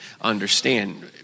understand